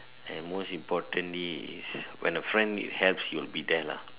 and most importantly is when the friend need help he will be there lah